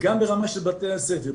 וגם ברמה של בתי הספר,